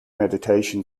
meditation